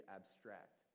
abstract